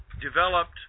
developed